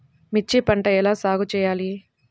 మిర్చి పంట ఎలా సాగు చేయాలి?